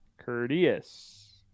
Courteous